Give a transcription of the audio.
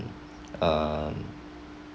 um